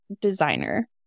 designer